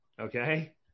okay